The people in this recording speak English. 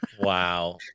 Wow